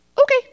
okay